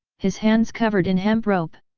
his hands covered in hemp rope.